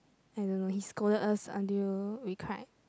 I don't know he scolded us until we cried